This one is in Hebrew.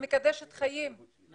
זה קיים אם יהיו עוד אלפים של יחידות,